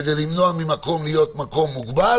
כדי למנוע ממקום להיות מקום מוגבל